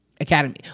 Academy